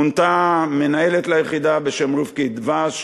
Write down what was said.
מונתה מנהלת ליחידה בשם רבקי דב"ש,